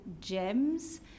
gems